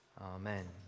Amen